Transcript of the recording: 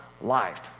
life